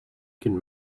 can